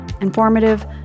informative